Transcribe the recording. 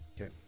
Okay